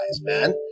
man